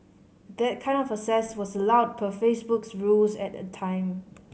that kind of access was allowed per Facebook's rules at the time